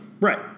Right